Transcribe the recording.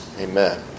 Amen